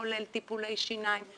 כולל טיפולי שיניים,